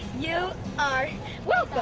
you are welcome